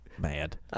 mad